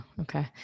Okay